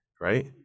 right